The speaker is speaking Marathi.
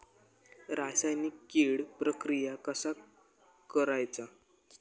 रासायनिक कीड प्रक्रिया कसा करायचा?